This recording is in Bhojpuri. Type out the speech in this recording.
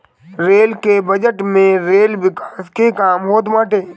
रेल के बजट में रेल विकास के काम होत बाटे